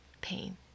pain